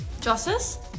Justice